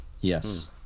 Yes